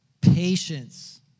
patience